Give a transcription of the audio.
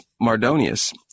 Mardonius